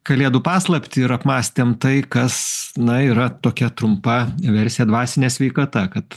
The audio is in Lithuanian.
kalėdų paslaptį ir apmąstėm tai kas na yra tokia trumpa versija dvasinė sveikata kad